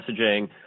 messaging